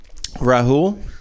Rahul